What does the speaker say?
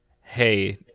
Hey